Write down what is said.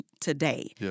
today